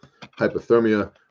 hypothermia